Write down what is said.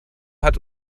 hat